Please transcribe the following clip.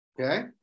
Okay